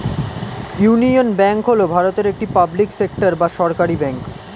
union Bank হল ভারতের একটি পাবলিক সেক্টর বা সরকারি ব্যাঙ্ক